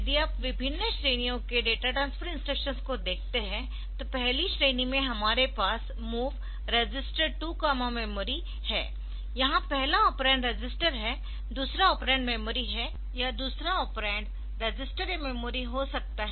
यदि आप विभिन्न श्रेणियों के डेटा ट्रांसफर इंस्ट्रक्शंस को देखते है तो पहली श्रेणी में हमारे पास MOV register 2 memory MOV reg 2 memory है यहां पहला ऑपरेंड रजिस्टर है दूसरा ऑपरेंड मेमोरी है या दूसरा ऑपरेंड रजिस्टर या मेमोरी हो सकता है